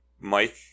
Mike